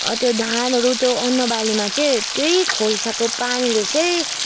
त्यो धानहरू त्यो अन्न बालीमा चाहिँ त्यही खोल्साको पानीले चाहिँ